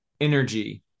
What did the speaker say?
energy